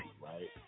right